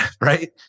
right